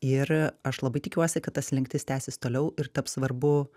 ir aš labai tikiuosi kad ta slinktis tęsis toliau ir taps svarbu